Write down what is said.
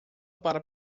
para